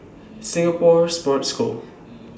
Singapore Sports School